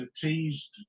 teased